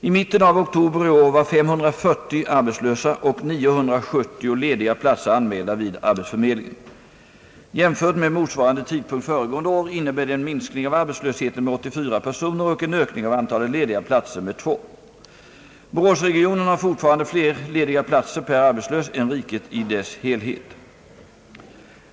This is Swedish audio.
I mitten av oktober i år var 540 arbetslösa och 972 lediga platser anmälda vid arbetsförmedlingen. Jämfört med motsvarande tidpunkt föregående år innebär det en minskning av arbetslösheten med 84 personer och en ökning av antalet lediga platser med två. Boråsregionen har fortfarande fler lediga platser per arbetslös än riket i dess helhet.